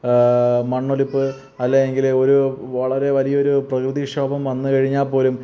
മണ്ണൊലിപ്പ് അല്ല എങ്കിൽ ഒരു വളരെ വലിയൊരു പ്രകൃതി ക്ഷോഭം വന്ന് കഴിഞ്ഞാൽ പോലും